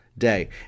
day